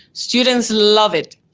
students love it.